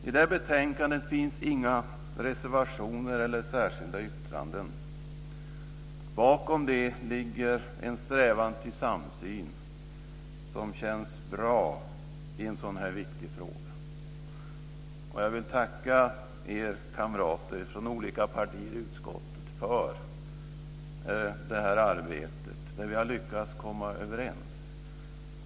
I det här betänkandet finns inga reservationer eller särskilda yttranden. Bakom det ligger en strävan till samsyn som känns bra i en sådan här viktig fråga. Jag vill tacka er kamrater från olika partier i utskottet för det här arbetet, där vi har lyckats komma överens.